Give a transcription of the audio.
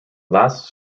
last